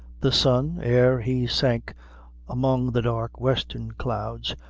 the sun, ere he sank among the dark western clouds,